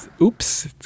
oops